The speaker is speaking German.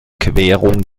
querung